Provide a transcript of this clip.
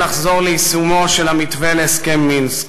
לחזור ליישומו של המתווה להסכם מינסק.